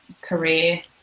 career